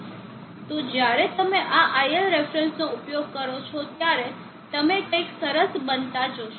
તો જ્યારે તમે આ iLref નો ઉપયોગ કરો છો ત્યારે તમે કંઈક સરસ બનતા જોશો